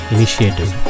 Initiative